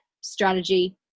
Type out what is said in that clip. strategy